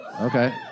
Okay